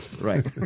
Right